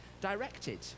directed